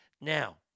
Now